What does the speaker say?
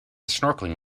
snorkeling